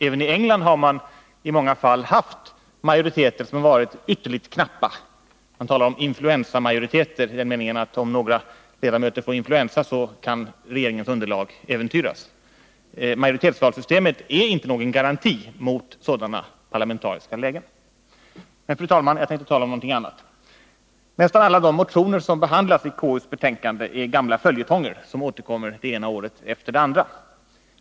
Även i England har man i många fall haft majoriteter som varit ytterligt knappa. Man talar om influensamajoriteter i den meningen, att om några ledamöter får influensa, så kan regeringens underlag äventyras. Majoritetsvalssystemet är inte någon garanti mot sådana parlamentariska lägen. Men, fru talman, jag tänkte tala om någonting annat. Nästan alla de motioner som behandlas i KU:s betänkande är gamla följetonger, som återkommer det ena året efter det andra.